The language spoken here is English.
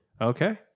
Okay